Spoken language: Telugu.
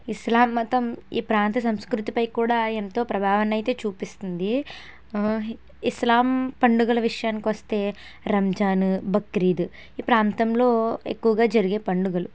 ఇస్లాం మతం ఈ ప్రాంత సంస్కృతిపై కూడా ఎంతో ప్రభావాన్నయితే చూపిస్తుంది ఇస్లాం పండుగలు విషయాని కి వస్తే రంజాను బక్రీదు ఈ ప్రాంతంలో ఎక్కువగా జరిగే పండుగలు